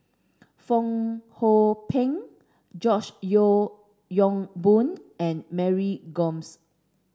Fong Hoe Beng George Yeo Yong Boon and Mary Gomes